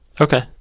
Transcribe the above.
Okay